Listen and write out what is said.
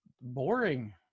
boring